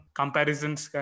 comparisons